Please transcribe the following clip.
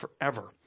forever